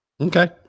Okay